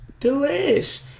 Delish